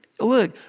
look